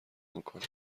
میکنم